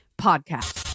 Podcast